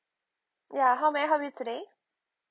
ya how may I help you today